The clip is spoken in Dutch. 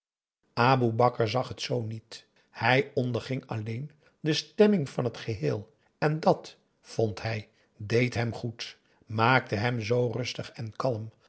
aboe bakar zag het zoo niet hij onderging alleen de stemming van het geheel en dat vond hij deed hem goed maakte hem zoo rustig en kalm